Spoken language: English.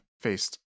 faced